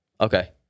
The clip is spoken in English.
Okay